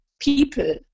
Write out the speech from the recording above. people